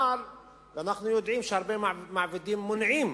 ואנחנו יודעים שהרבה מעבידים מונעים